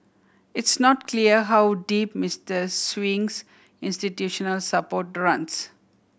it's not clear how deep Mister Sewing's institutional support runs